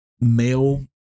male